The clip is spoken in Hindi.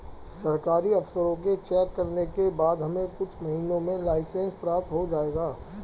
सरकारी अफसरों के चेक करने के बाद हमें कुछ महीनों में लाइसेंस प्राप्त हो जाएगा